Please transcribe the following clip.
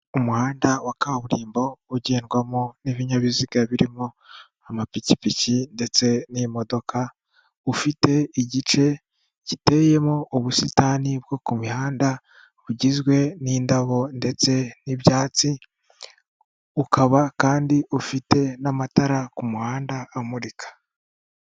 Umuhanda wa kaburimbo ugendwamo n'ibinyabiziga birimo amapikipiki ndetse n'imodoka ufite igice giteyemo ubusitani bwo ku mihanda bugizwe n'indabo ndetse n'ibyatsi, ukaba kandi ufite n'amatara ku muhanda amurika.